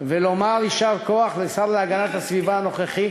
ולומר יישר כוח לשר להגנת הסביבה הנוכחי